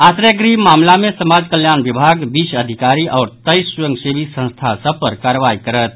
आश्रय गृह मामिला मे समाज कल्याण विभाग बीस अधिकारी आओर तेईस स्वयंसेवी संस्था सभ पर कार्रवाई करत